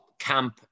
camp